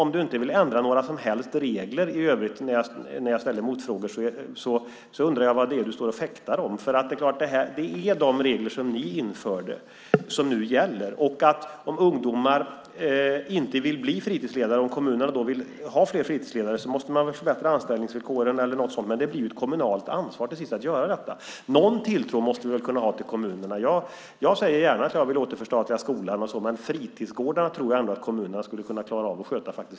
Om du inte vill ändra några som helst regler i övrigt när jag ställer motfrågor, undrar jag vad du fäktar om. Det är de regler som ni införde som nu gäller. Om ungdomar inte vill bli fritidsledare och kommunerna vill ha fler fritidsledare måste man förbättra anställningsvillkoren eller något sådant, men det blir till sist ett kommunalt ansvar att göra detta. Någon tilltro måste man väl kunna ha till kommunerna. Jag säger gärna att jag vill återförstatliga skolan, men fritidsgårdarna tror jag ändå att kommunerna skulle kunna klara av att sköta.